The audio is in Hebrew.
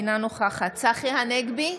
אינה נוכחת צחי הנגבי,